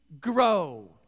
grow